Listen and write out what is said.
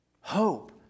Hope